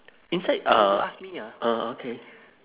inside uh ah okay